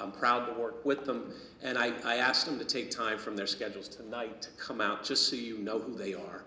i'm proud to work with them and i i ask them to take time from their schedules to night come out just so you know who they are